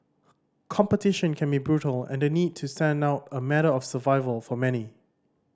competition can be brutal and the need to stand out a matter of survival for many